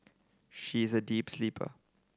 she is a deep sleeper